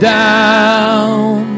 down